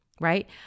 right